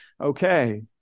okay